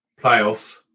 playoff